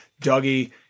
Dougie